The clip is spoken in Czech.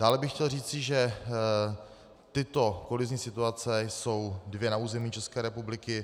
Dále bych chtěl říci, že tyto kolizní situace jsou na území České republiky dvě.